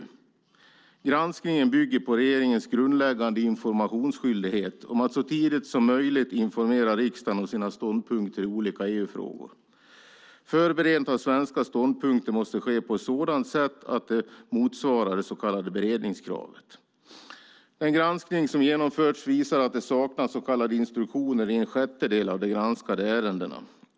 Granskningen bygger på regeringens grundläggande informationsskyldighet om att så tidigt som möjligt informera riksdagen om sina ståndpunkter i olika EU-frågor. Förberedandet av svenska ståndpunkter måste ske på ett sådant sätt att det motsvarar det så kallade beredningskravet. Den granskning som har genomförts visar att det saknas så kallade instruktioner i en sjättedel av de granskade ärendena.